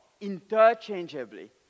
interchangeably